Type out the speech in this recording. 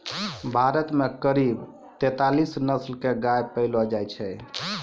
भारत मॅ करीब तेतालीस नस्ल के गाय पैलो जाय छै